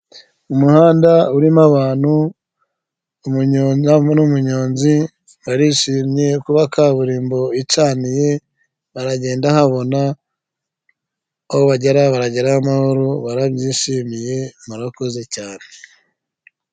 Umuhanda urimo abantu umunyenyamu n'umuyonzi barishimye kuba kaburimbo icaniye, baragenda habona aho bagera baragerayo amahoro barabyishimiye murakoze cyane.